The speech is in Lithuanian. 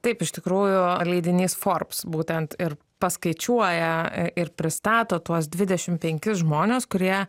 taip iš tikrųjų leidinys forbes būtent ir paskaičiuoja e ir pristato tuos dvidešim penkis žmones kurie